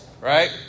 right